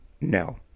No